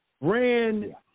ran